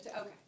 Okay